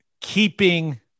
keeping